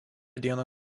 dieną